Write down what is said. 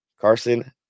Carson